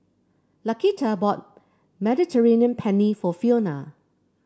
Laquita bought Mediterranean Penne for Fiona